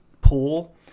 pool